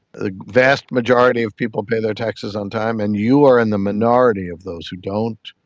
the vast majority of people pay their taxes on time and you are in the minority of those who don't.